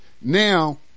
now